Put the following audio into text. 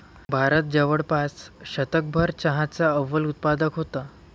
भारत जवळपास शतकभर चहाचा अव्वल उत्पादक होता